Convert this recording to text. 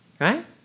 right